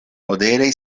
modere